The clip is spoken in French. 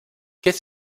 qu’est